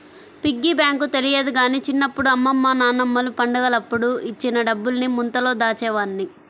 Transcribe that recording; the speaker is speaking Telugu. పిగ్గీ బ్యాంకు తెలియదు గానీ చిన్నప్పుడు అమ్మమ్మ నాన్నమ్మలు పండగలప్పుడు ఇచ్చిన డబ్బుల్ని ముంతలో దాచేవాడ్ని